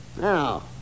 Now